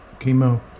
chemo